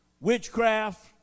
witchcraft